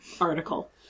article